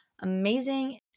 amazing